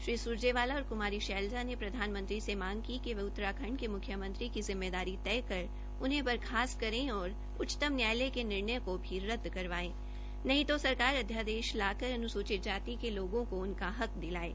श्री सुरजेवाला और कुमारी शैलजा ने प्रधानमंत्री से मांग की कि वे उत्तराखंड के मुख्यमंत्री की जिम्मेदारी तय कर उन्हें वर्खास्त करें और सर्वोच्च न्यायालय के निर्णय को भी रद्द करवाये नहीं तो अध्यादेश लाकर अनुसूचित जाति के लोगों को उनका हक दिलाये